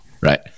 right